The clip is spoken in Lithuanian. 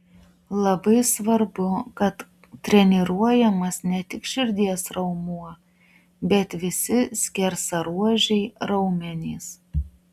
labai svarbu kad treniruojamas ne tik širdies raumuo bet visi skersaruožiai raumenys